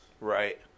Right